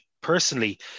Personally